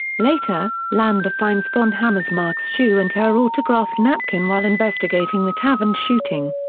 later, landa finds von hammersmark's shoe and her autographed napkin while investigating the tavern shooting.